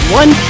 one